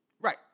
Right